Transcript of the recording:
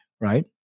right